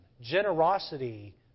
Generosity